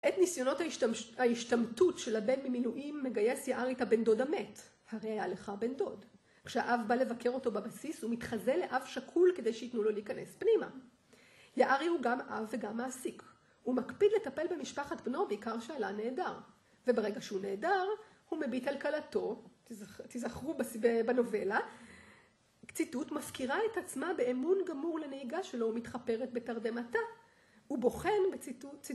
את ניסיונות ההשתמטות של הבן ממילואים מגייס יערי את הבן דוד המת. הרי היה לך בן דוד. כשהאב בא לבקר אותו בבסיס, הוא מתחזה לאב שכול כדי שייתנו לו להיכנס פנימה. יערי הוא גם אב וגם מעסיק. הוא מקפיד לטפל במשפחת בנו בעיקר שהלה נעדר. וברגע שהוא נעדר, הוא מביט על כלתו, תזכרו בנובלה, ציטוט, מזכירה את עצמה באמון גמור לנהיגה שלו, מתחפרת בתרדמתה. הוא בוחן בציטוט, צי...